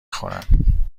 خورم